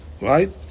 Right